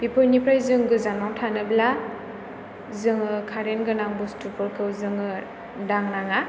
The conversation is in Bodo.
बेफोरनिफ्राय जों गोजानाव थानोब्ला जोङो कारेन्त गोनां बुस्थुफोरखौ जोङो दांनाङा